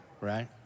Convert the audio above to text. right